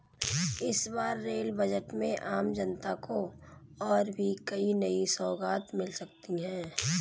इस बार rail budget में आम जनता को और भी कई नई सौगात मिल सकती हैं